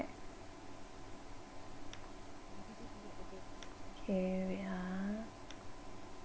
okay wait ah